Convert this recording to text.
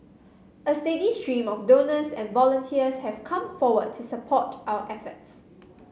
a steady stream of donors and volunteers has come forward to support our efforts